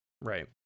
Right